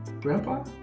Grandpa